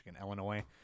Illinois